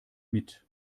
mit